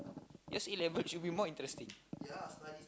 yours A-level should be more interesting